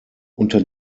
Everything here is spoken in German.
unter